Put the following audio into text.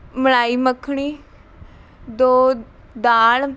ਮਲਾਈ ਮੱਖਣੀ ਦੋ ਦਾਲ਼